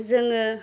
जोङो